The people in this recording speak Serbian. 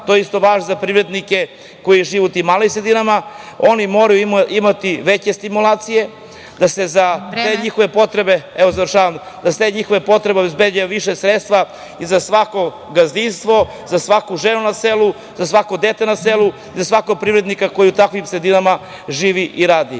To isto važi za privrednike koji žive u tim malim sredinama. Oni moraju imati veće stimulacije, da se za te njihove potrebe obezbedi više sredstva za svako gazdinstvo, za svaku ženu na selu, za svako dete na selu, za svakog privrednika koji u takvim sredinama živi i radi. Ja